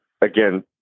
again